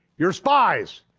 you're spies,